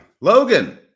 Logan